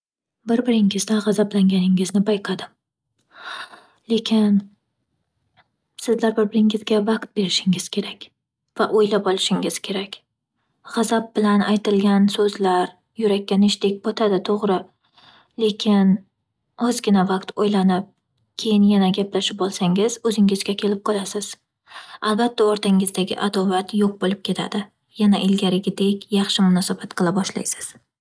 Bir-biringizdan g'azablanganingizni payqadim. Lekin, sizlar bir-biringizga vaqt berishingiz kerak va o'ylab olishingiz kerak. G'azab bilan aytilgan so'zlar yurakka nishdek botadi to'g'ri, lekin ozgina vaqt o'ylanib, keyin yana gaplashib olsangiz o'zingizga kelib qolasiz. Albatta, o'rtangizdagi adovat yo'q bo'lib ketadi. Yana ilgarigidek yaxshi munosabat qila boshlaysiz.